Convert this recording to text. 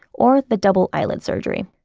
or the double eyelid surgery.